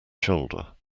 shoulder